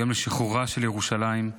יום שחרורה של ירושלים.